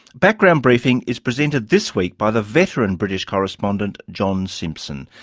background briefing is presented this week by the veteran british correspondent, john simpson.